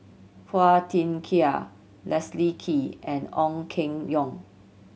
Phua Thin Kiay Leslie Kee and Ong Keng Yong